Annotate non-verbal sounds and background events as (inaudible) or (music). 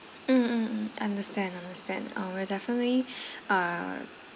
um um um understand understand uh we'll definitely (breath) uh